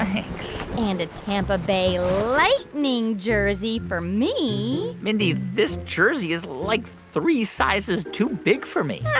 thanks. and a tampa bay lightning jersey for me mindy, this jersey is, like, three sizes too big for me yeah